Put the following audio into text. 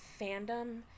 fandom